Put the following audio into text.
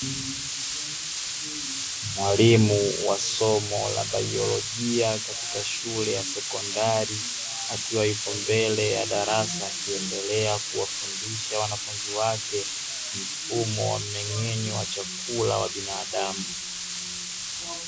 Mwalimu wa somo la baiolojia katika shule ya sekondari akiwa mbele ya darasa akiendelea kuwafundisha wanafunzi wake mfumo wa mmeng'enyo wa chakula wa binadamu.